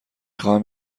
خواهم